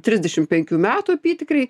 trisdešimt penkių metų apytikriai